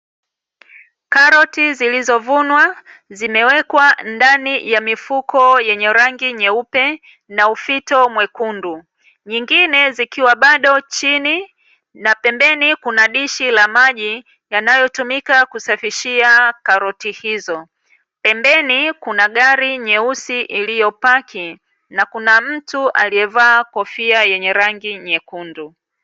Karoti zilizo vunwa zimewekwa ndani ya mifuko yenye rangi nyeupe na ufito mwekundu nyingine zikiwa bado chini, na pembeni kuna dishi la maji yanayotumika kusafishia karoti hizo, pembeni kuna gari nyeusi iliyopaki, na kuna mtu alievaa kofia yenye rangi nyekundu.